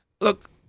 Look